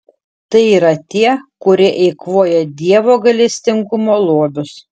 tai yra tie kurie eikvoja dievo gailestingumo lobius